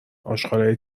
آشغالای